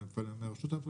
הן הדודים והן מוצרי הילדים.